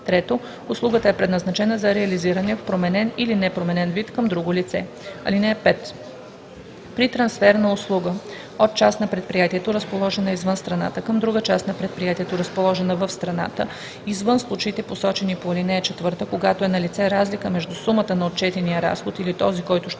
или 3. услугата е предназначена за реализиране в променен или непроменен вид към друго лице. (5) При трансфер на услуга от част на предприятието, разположена извън страната, към друга част на предприятието, разположена в страната, извън случаите, посочени в ал. 4, когато е налице разлика между сумата на отчетения разход или този, който ще